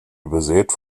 übersät